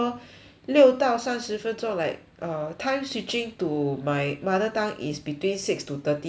六到三十分钟 like err time switching to my mother tongue is between six to thirty minutes eh